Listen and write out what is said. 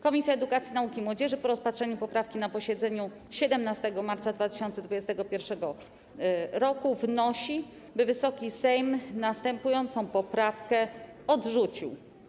Komisja Edukacji, Nauki i Młodzieży po rozpatrzeniu poprawki na posiedzeniu 17 marca 2021 r. wnosi, by Wysoki Sejm następującą poprawkę odrzucił.